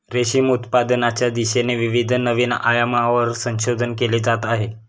रेशीम उत्पादनाच्या दिशेने विविध नवीन आयामांवर संशोधन केले जात आहे